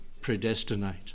predestinate